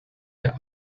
der